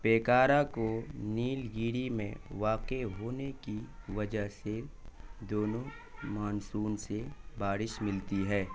پیکارا کو نیلگیری میں واقع ہونے کی وجہ سے دونوں مانسون سے باڑش ملتی ہے